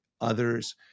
others